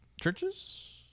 churches